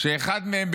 כשאחד מהם,